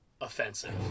offensive